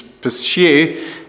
pursue